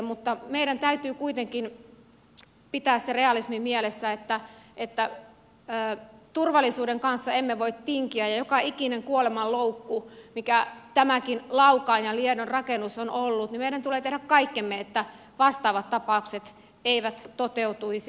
mutta meidän täytyy kuitenkin pitää se realismi mielessä että turvallisuudesta emme voi tinkiä ja joka ikisen kuolemanloukun kohdalla mitä nämäkin laukaan ja liedon rakennukset ovat olleet meidän tulee tehdä kaikkemme että vastaavat tapaukset eivät toteutuisi